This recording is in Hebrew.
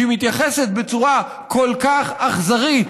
שהיא מתייחסת בצורה כל כך אכזרית,